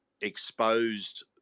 exposed